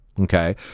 Okay